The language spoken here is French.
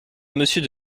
monsieur